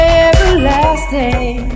everlasting